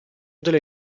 delle